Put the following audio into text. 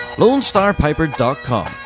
LoneStarPiper.com